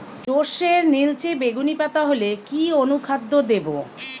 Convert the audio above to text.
সরর্ষের নিলচে বেগুনি পাতা হলে কি অনুখাদ্য দেবো?